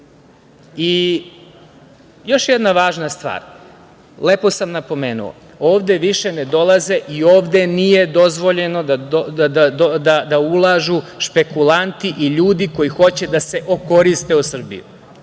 Još jedna važna stvar, lepo sam napomenuo, ovde više ne dolaze i ovde nije dozvoljeno da ulažu špekulanti i ljudi koji hoće da se okoriste o Srbiju.